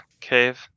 cave